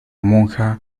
monja